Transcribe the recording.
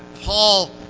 Paul